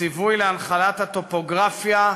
ציווי להנחלת הטופוגרפיה,